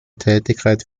tätigkeit